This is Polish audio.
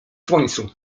słońcu